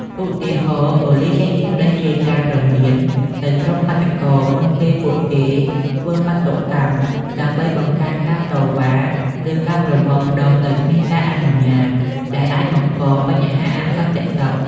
ឧទាហរណ៍ ប៉ូលីសចេញសេចក្តីរាយការណ៍ព្រមានទៅក្រុមបាតុករ មុនពេលពួកគេធ្វើបាតុកម្ម ដើម្បីបង្ការការតវ៉ា ឬការប្រមូលផ្តុំដោយគ្មានការអនុញ្ញាត ដែលអាចបង្ករបញ្ហាអសន្តិសុខ។